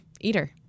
Eater